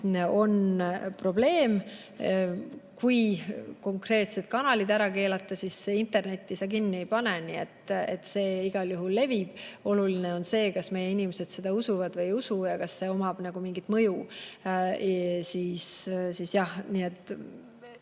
on probleem. Kui konkreetsed kanalid ära keelata, siis internetti sa kinni ei pane, nii et see igal juhul levib. Oluline on, kas meie inimesed seda juttu usuvad või ei usu ja kas sel on mingi mõju